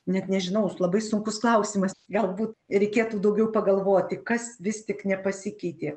net nežinau labai sunkus klausimas galbūt reikėtų daugiau pagalvoti kas vis tik nepasikeitė